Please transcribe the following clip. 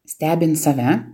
stebint save